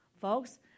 Folks